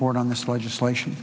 forward on this legislation